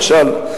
נכשל.